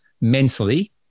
mentally